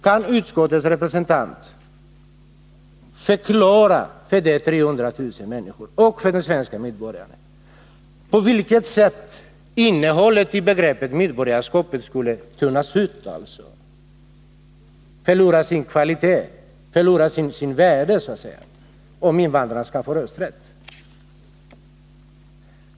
Kan utskottets representanter förklara för de 300 000 människorna och för de svenska medborgarna på vilket sätt innehållet i begreppet medborgarskap skulle tunnas ut, förlora sin kvalitet, förlora sitt värde, om invandrarna fick rösträtt?